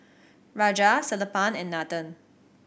Raja Sellapan and Nathan